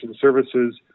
services